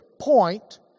point